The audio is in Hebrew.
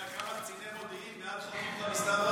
אתה יודע כמה קציני מודיעין מאז חוק איפכא מסתברא?